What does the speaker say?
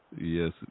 Yes